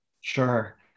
Sure